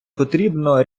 потрібно